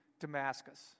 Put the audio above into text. Damascus